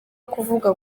kuvuga